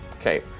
Okay